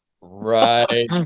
Right